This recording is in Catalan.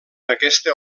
aquesta